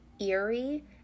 eerie